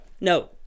No